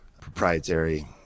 proprietary